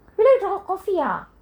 you like coffee ah